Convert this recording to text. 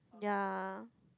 ya